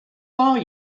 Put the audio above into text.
are